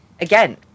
again